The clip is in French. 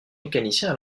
mécaniciens